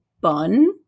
bun